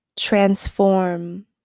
transform